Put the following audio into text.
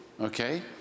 okay